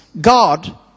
God